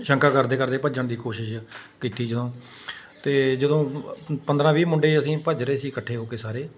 ਸ਼ੰਕਾ ਕਰਦੇ ਕਰਦੇ ਭੱਜਣ ਦੀ ਕੋਸ਼ਿਸ਼ ਕੀਤੀ ਜਦੋਂ ਅਤੇ ਜਦੋਂ ਪੰਦਰਾਂ ਵੀਹ ਮੁੰਡੇ ਅਸੀਂ ਭੱਜ ਰਹੇ ਸੀ ਇਕੱਠੇ ਹੋ ਕੇ ਸਾਰੇ